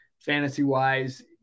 fantasy-wise